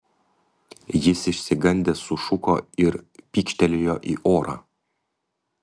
jis išsigandęs sušuko ir pykštelėjo į orą